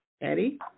Eddie